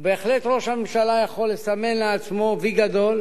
בהחלט ראש הממשלה יכול לסמן לעצמו "וי" גדול